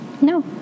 No